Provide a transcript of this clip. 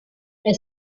elle